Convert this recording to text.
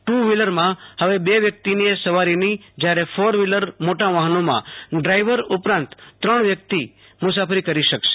two વ્ફીલરમાં ફવે બે વ્યક્તિને સવારીની જ્યારે ફોર વ્ફીલર મોટાં વાફનોમાં ડ્રાઈવર ઉપરાંત ત્રણ વ્યક્તિ મુસાફરી કરી શકશે